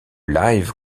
live